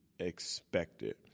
expected